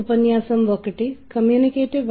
hello friends